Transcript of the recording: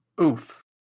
Oof